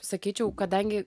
sakyčiau kadangi